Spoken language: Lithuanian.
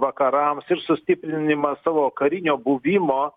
vakarams ir sustiprinimas savo karinio buvimo